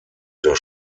das